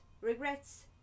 regrets